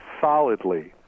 solidly